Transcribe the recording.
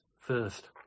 first